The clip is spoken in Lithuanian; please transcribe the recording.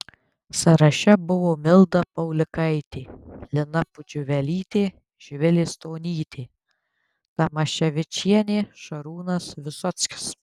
sąraše buvo milda paulikaitė lina pudžiuvelytė živilė stonytė tamaševičienė šarūnas visockis